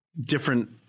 different